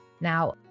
Now